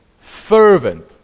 fervent